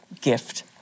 gift